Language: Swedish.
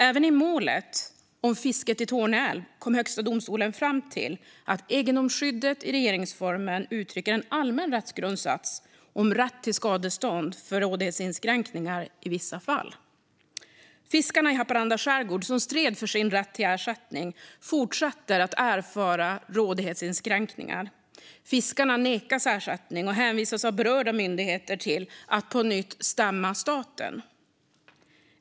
Även i målet om fisket i Torne älv kom Högsta domstolen fram till att egendomsskyddet i regeringsformen uttrycker en allmän rättsgrundsats om rätt till skadestånd för rådighetsinskränkningar i vissa fall. Fiskarna i Haparanda skärgård som stred för sin rätt till ersättning fortsätter att erfara rådighetsinskränkningar. De nekas ersättning och hänvisas av berörda myndigheter till att på nytt stämma staten.